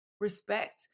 respect